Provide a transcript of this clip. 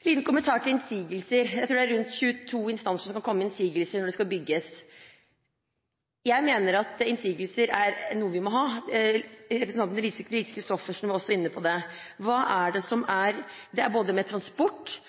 En liten kommentar til innsigelser: Jeg tror det er 22 instanser som kan komme med innsigelser når det skal bygges. Jeg mener at innsigelser er noe vi må ha. Representanten Lise Christoffersen var også inne på det. Det gjelder både med transport,